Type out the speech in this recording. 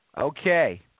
Okay